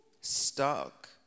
Stuck